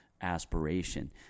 aspiration